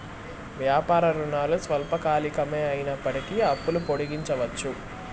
వ్యాపార రుణాలు స్వల్పకాలికమే అయినప్పటికీ అప్పులు పొడిగించవచ్చు